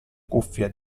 cuffia